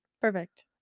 Perfect